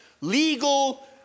legal